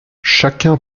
chacun